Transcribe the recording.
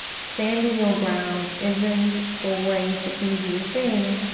standing your ground isn't always the easiest thing,